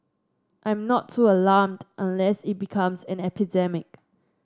I'm not too alarmed unless it becomes an epidemic